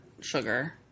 sugar